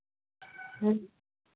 ᱦᱩᱸ